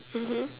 mmhmm